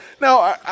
Now